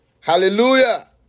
Hallelujah